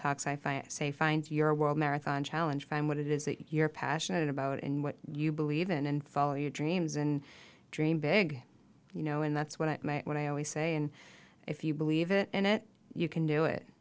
talks i say find your world marathon challenge find what it is that you're passionate about and what you believe in and follow your dreams and dream big you know and that's what i what i always say and if you believe it and it you can do it